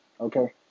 Okay